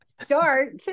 start